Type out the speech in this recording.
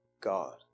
God